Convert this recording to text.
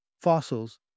Fossils